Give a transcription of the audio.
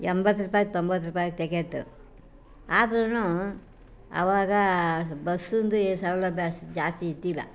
ಎಂಬತ್ತು ರೂಪಾಯಿ ತೊಂಬತ್ತು ರೂಪಾಯಿ ಟಿಕೆಟ್ ಆದ್ರೂ ಅವಾಗ ಬಸ್ಸಿಂದು ಸೌಲಭ್ಯ ಜಾಸ್ತಿ ಇದ್ದಿಲ್ಲ